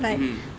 mm